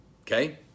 okay